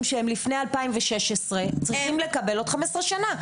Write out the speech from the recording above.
שהם לפני 2016 צריכים לקבל עוד 15 שנה?